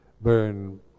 burn